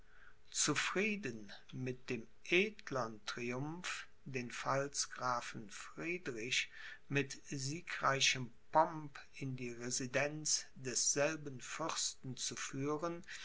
zufrieden mit dem edlern triumph den pfalzgrafen friedrich mit siegreichem pomp in die residenz desselben fürsten zu führen